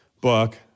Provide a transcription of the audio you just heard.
book